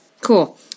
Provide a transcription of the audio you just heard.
Cool